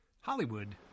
Hollywood